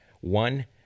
One